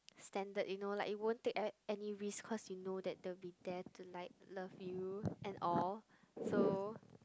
standard you know like you won't take a~ any risk cause you know that they will be there to like love you and all so